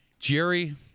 Jerry